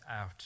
out